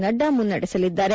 Nadda ಮುನ್ನಡೆಸಲಿದ್ದಾರೆ